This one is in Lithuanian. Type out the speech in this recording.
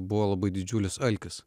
buvo labai didžiulis alkis